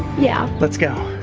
yeah. let's go.